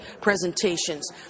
presentations